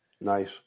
Nice